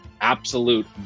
Absolute